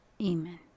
Amen